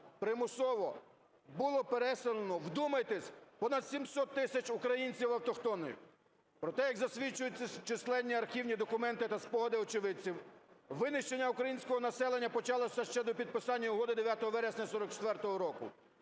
примусово було переселено, вдумайтесь, понад 700 тисяч українців автохтонних! Проте, як засвідчують численні архівні документи та спогади очевидців, винищення українського населення почалося ще до підписання угоди 9 вересня 1944 року.